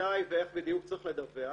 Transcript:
מתי ואיך בדיוק צריך לדווח.